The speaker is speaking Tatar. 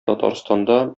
татарстанда